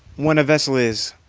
when a vessel is,